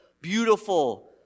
beautiful